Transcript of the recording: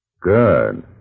Good